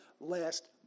last